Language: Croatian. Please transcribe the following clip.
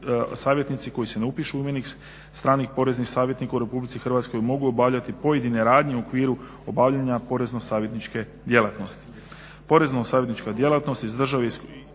savjetnici koji se ne upišu u imenik stranih poreznih savjetnika u Republici Hrvatskoj mogu obavljati pojedine radnje u okviru obavljanja porezno savjetničke djelatnosti.